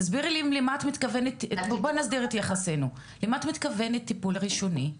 תסבירי לי למה את מתכוונת טיפול ראשוני.